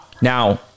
Now